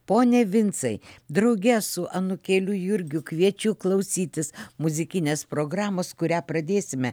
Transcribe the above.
pone vincai drauge su anūkėliu jurgiu kviečiu klausytis muzikinės programos kurią pradėsime